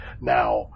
Now